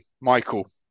Michael